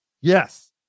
Yes